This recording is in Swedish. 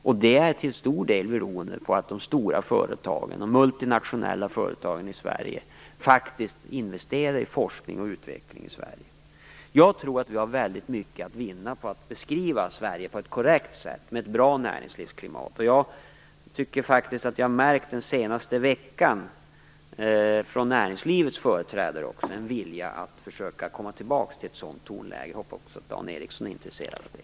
Det beror till stor del på att de stora företagen, de multinationella företagen i Sverige, faktiskt investerar i forskning och utveckling i Sverige. Jag tror vi att har väldigt mycket att vinna på att beskriva Sverige på ett korrekt sätt. Vi har ett bra näringslivsklimat. Jag tycker faktiskt att jag den senaste veckan har märkt en vilja hos näringslivets företrädare att försöka komma tillbaks till ett sådant tonläge. Jag hoppas att också Dan Ericsson är intresserad av det.